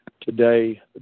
today